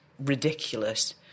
ridiculous